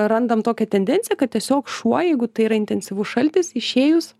randam tokią tendenciją kad tiesiog šuo jeigu tai yra intensyvus šaltis išėjus